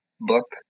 book